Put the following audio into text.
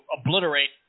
obliterate